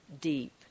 deep